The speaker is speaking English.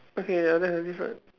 okay the difference